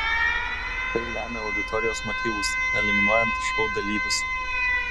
tai lemia auditorijos motyvus eliminuojant šou dalyvius